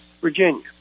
Virginia